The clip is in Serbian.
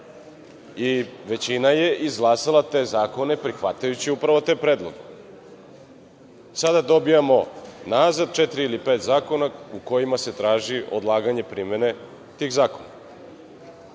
i većina je izglasala te zakone prihvatajući upravo te predloge. Sada dobijamo nazad četiri ili pet zakona u kojima se traži odlaganje primene tih zakona. Pre